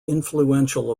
influential